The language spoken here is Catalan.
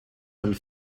del